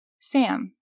Sam